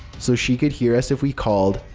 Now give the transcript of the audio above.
so she could hear us if we called,